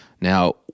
Now